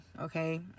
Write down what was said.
okay